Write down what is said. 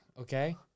Okay